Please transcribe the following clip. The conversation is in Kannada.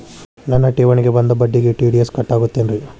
ನನ್ನ ಠೇವಣಿಗೆ ಬಂದ ಬಡ್ಡಿಗೆ ಟಿ.ಡಿ.ಎಸ್ ಕಟ್ಟಾಗುತ್ತೇನ್ರೇ?